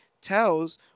tells